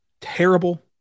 terrible